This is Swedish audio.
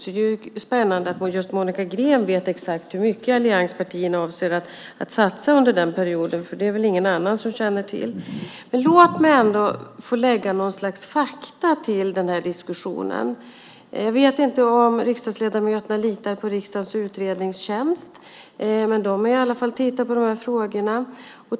Det är därför spännande att just Monica Green vet exakt hur mycket allianspartierna avser att satsa under denna period, för det är det väl ingen annan som känner till. Låt mig få lägga något slags fakta till diskussionen. Jag vet inte om riksdagsledamöterna litar på riksdagens utredningstjänst, men den har i alla fall tittat på dessa frågor.